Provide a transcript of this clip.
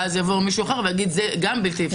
ואז יבוא מישהו אחר ויגיד שזה בלתי אפשרי.